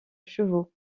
chevaux